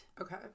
Okay